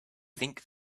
think